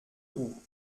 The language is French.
roux